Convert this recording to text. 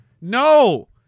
No